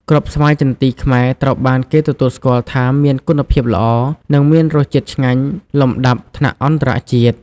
គ្រាប់ស្វាយចន្ទីខ្មែរត្រូវបានគេទទួលស្គាល់ថាមានគុណភាពល្អ និងមានរសជាតិឆ្ងាញ់លំដាប់ថ្នាក់អន្តរជាតិ។